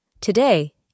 Today